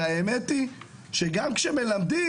והאמת היא שגם כשמלמדים,